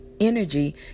Energy